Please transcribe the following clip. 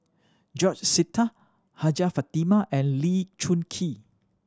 George Sita Hajjah Fatimah and Lee Choon Kee